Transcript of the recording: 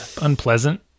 unpleasant